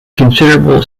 considerable